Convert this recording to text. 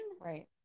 right